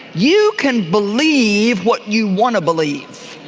you can believe what you want to believe.